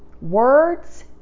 Words